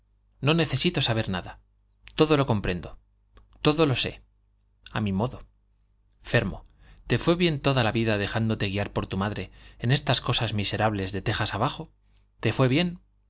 no necesito saber nada todo lo comprendo todo lo sé a mi modo fermo te fue bien toda la vida dejándote guiar por tu madre en estas cosas miserables de tejas abajo te fue bien